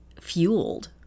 fueled